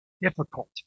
difficult